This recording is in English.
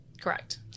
Correct